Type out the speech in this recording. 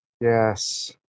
Yes